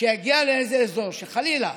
שיגיע לאיזה אזור שחלילה